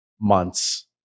months